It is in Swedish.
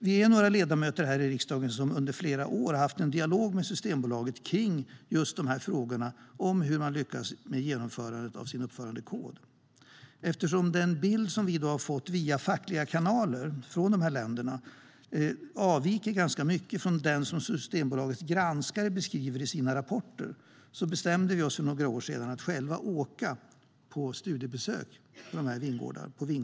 Vi är några ledamöter som under flera år har haft en dialog med Systembolaget om hur man lyckas med genomförandet av uppförandekoden. Eftersom den bild vi fick via fackliga kanaler i dessa länder avvek ganska mycket från den som Systembolagets granskare beskrev i sina rapporter bestämde vi oss för några år sedan att själva åka på studiebesök på vingårdar i dessa länder.